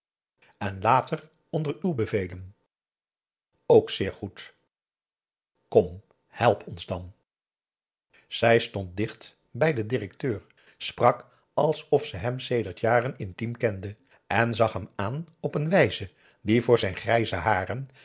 en later onder uw bevelen ook zeer goed kom help ons dan zij stond dicht bij den directeur sprak alsof ze hem sedert jaren intiem kende en zag hem aan op een wijze die voor zijn grijze haren